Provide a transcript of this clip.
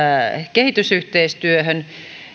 kehitysyhteistyöhön